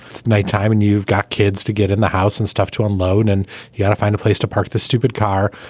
it's nighttime and you've got kids to get in the house and stuff to unload and you had to find a place to park the stupid car.